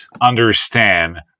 understand